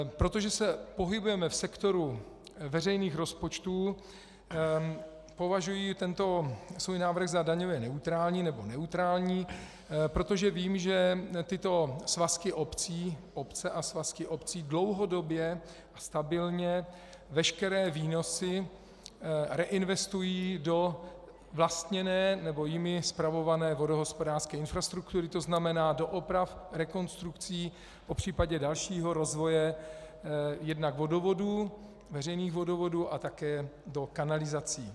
Protože se pohybujeme v sektoru veřejných rozpočtů, považuji tento svůj návrh za daňově neutrální, nebo neutrální, protože vím, že tyto svazky obcí, obce a svazky obcí dlouhodobě stabilně veškeré výnosy reinvestují do vlastněné nebo jimi spravované vodohospodářské infrastruktury, tzn. do oprav, rekonstrukcí, popřípadě dalšího rozvoje jednak vodovodů, veřejných vodovodů a také do kanalizací.